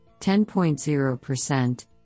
10.0%